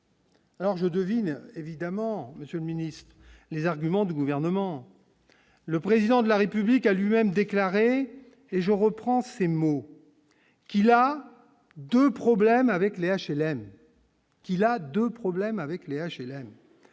Alors je devine évidemment Monsieur le Ministre, les arguments du gouvernement, le président de la République a lui-même déclaré, et je reprends ses mots qu'il a 2 problèmes avec les HLM